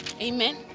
amen